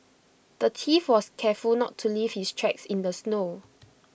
the thief was careful to not leave his tracks in the snow